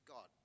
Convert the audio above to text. God